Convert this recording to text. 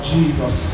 Jesus